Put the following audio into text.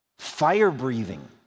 fire-breathing